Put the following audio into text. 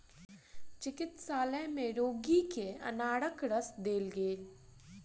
चिकित्सालय में रोगी के अनारक रस देल गेल